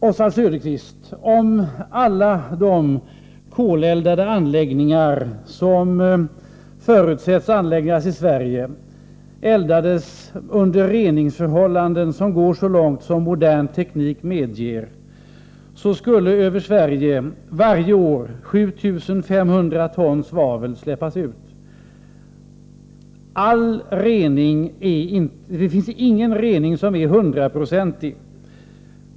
Oswald Söderqvist, om alla de koleldade anläggningar som förutsätts komma till stånd i Sverige eldades under reningsförhållanden som går så långt som modern teknik medger, skulle över Sverige varje år 7 500 ton svavel släppas ut. Det finns ingen rening som är hundraprocentig.